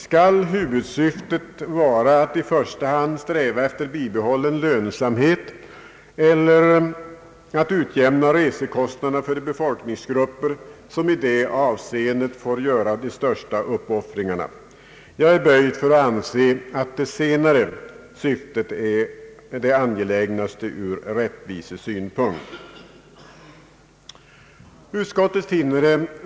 Skall huvudsyftet vara att i första hand sträva efter bibehållen lönsamhet, eller skall det vara att utjämna resekostnaderna för de befolkningsgrupper som i det avseendet får göra de största uppoffringarna? Jag är böjd för att anse det senare syftet vara det mest angelägna ur rättvisesynpunkt.